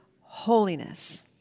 holiness